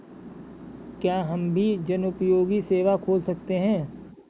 क्या हम भी जनोपयोगी सेवा खोल सकते हैं?